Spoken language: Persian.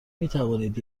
میتوانید